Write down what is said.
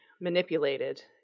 manipulated